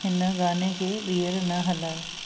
हिन गाने खे ॿीहर न हलायो